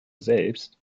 selbst